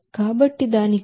కాబట్టి దాని కోసం ఈ 0